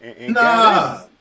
Nah